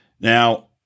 Now